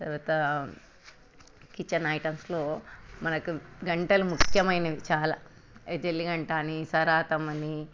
తర్వాత కిచెన్ ఐటెమ్స్లో మనకి గంటెలు ముఖ్యమైనవి చాలా ఈ జల్లే గంటె కాని సరాతమని